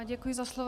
Děkuji za slovo.